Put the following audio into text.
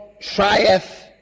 trieth